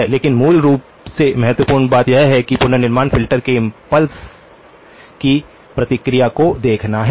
लेकिन मूल रूप से महत्वपूर्ण बात यह है कि पुनर्निर्माण फ़िल्टर के इम्पल्स की प्रतिक्रिया को देखना है